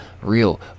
real